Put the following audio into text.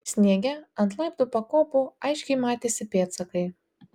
sniege ant laiptų pakopų aiškiai matėsi pėdsakai